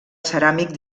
ceràmic